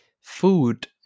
food